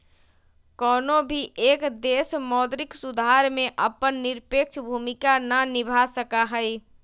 कौनो भी एक देश मौद्रिक सुधार में अपन निरपेक्ष भूमिका के ना निभा सका हई